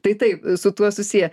tai taip su tuo susiję